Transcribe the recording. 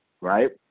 right